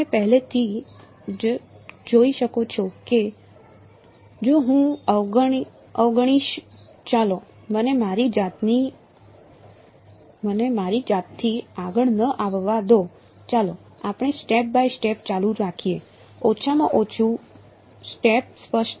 તમે પહેલેથી જ જોઈ શકો છો કે જો હું અવગણીશ ચાલો મને મારી જાતથી આગળ ન આવવા દો ચાલો આપણે સ્ટેપ બાય સ્ટેપ ચાલુ રાખીએ ઓછામાં ઓછું સેટઅપ સ્પષ્ટ છે